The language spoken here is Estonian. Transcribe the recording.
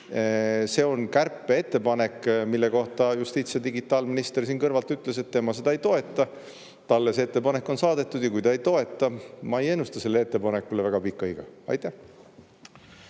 See on kärpeettepanek, mille kohta justiits- ja [digi]minister siin kõrvalt ütles, et tema seda ei toeta. Talle see ettepanek on saadetud ja kui ta ei toeta seda, siis ma ei ennusta sellele ettepanekule väga pikka iga. Suur